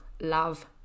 love